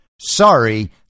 sorry